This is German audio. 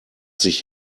sich